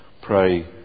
pray